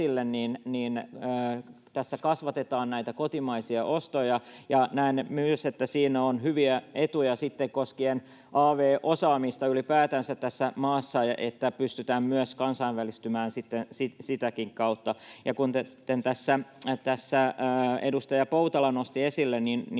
tässä kasvatetaan näitä kotimaisia ostoja, ja näen myös, että siinä on hyviä etuja koskien av-osaamista ylipäätänsä tässä maassa, kun pystytään myös kansainvälistymään sitten sitäkin kautta. Ja kuten tässä edustaja Poutala nosti esille,